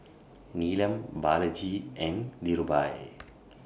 Neelam Balaji and Dhirubhai